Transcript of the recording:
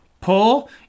pull